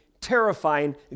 terrifying